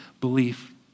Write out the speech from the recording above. belief